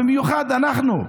ובמיוחד אנחנו,